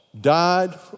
died